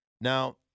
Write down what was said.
Now